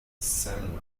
sam